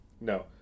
No